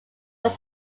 was